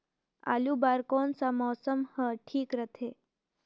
आलू बार कौन सा मौसम ह ठीक रथे?